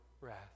wrath